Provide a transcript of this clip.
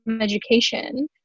education